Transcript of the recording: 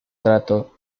trato